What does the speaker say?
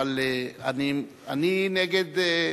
אבל אני נגד.